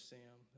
Sam